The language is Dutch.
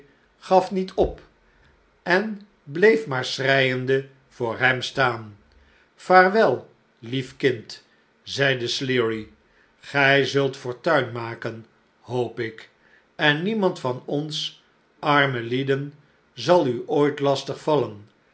gaf niet op en bleef maar schreiende voor hem staan vaarwel lief kind zeide sleary gijzult fortuin maken hoop ik en niemand van ons arme lieden zal u ooit lastig vallen